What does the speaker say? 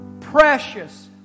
precious